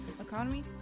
economy